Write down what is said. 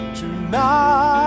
tonight